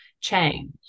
change